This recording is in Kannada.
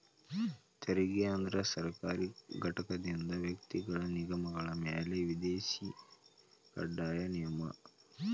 ತೆರಿಗೆ ಅಂದ್ರ ಸರ್ಕಾರಿ ಘಟಕದಿಂದ ವ್ಯಕ್ತಿಗಳ ನಿಗಮಗಳ ಮ್ಯಾಲೆ ವಿಧಿಸೊ ಕಡ್ಡಾಯ ನಿಯಮ